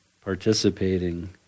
participating